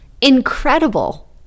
Incredible